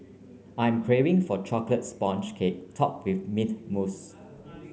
I am craving for a chocolate sponge cake top with mint mousse